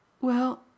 Well